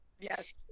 Yes